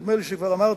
נדמה לי שכבר אמרתי,